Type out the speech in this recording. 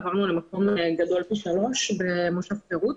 עברנו למקום גדול פי שלושה במושב חרות,